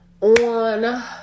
on